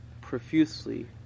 profusely